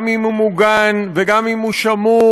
גם אם הוא מוגן וגם אם הוא שמור,